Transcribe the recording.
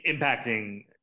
impacting